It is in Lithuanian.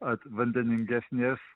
at vandeningesnės